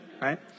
right